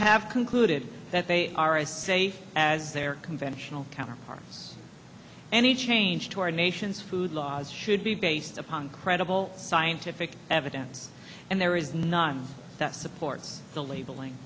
have concluded that they are as safe as their conventional counterparts any change to our nation's food laws should be based upon credible scientific evidence and there is none that supports the labeling